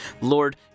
Lord